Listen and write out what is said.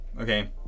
okay